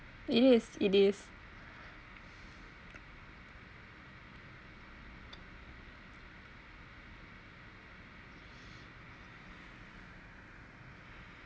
it is it is